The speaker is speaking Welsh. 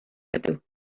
ydw